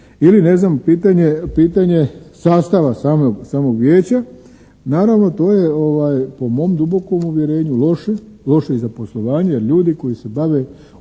Ili ne znam, pitanje sastava samog vijeća, naravno to je po mom dubokom uvjerenju loše za poslovanje jer ljudi koji se bave upravom,